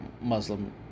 Muslim